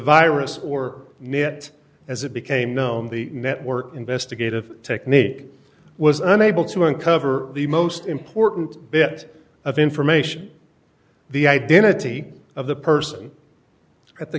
virus or net as it became known the network investigative technique was unable to uncover the most important bit of information the identity of the person at the